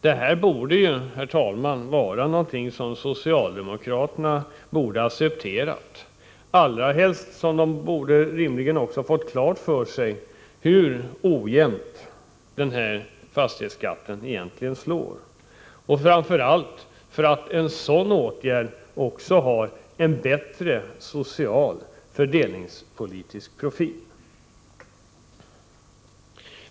Det här borde, herr talman, vara någonting som socialdemokraterna skulle kunna acceptera, allra helst som de borde ha fått klart för sig hur ojämnt den här fastighetsskatten egentligen slår och framför allt därför att en sådan konstruktion ger en bättre social fördelningspolitisk profil.